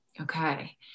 Okay